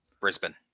Brisbane